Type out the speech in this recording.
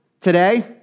today